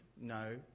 no